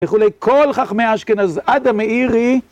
וכולי, כל חכמי האשכנז, עד המאירי.